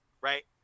right